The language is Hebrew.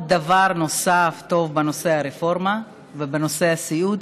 דבר נוסף וטוב בנושא הרפורמה ובנושא הסיעוד,